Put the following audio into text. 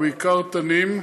ובעיקר תנים,